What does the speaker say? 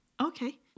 Okay